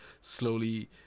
slowly